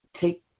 take